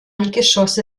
geschosse